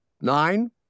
Nine